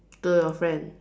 to your friend